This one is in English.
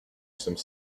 some